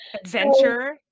adventure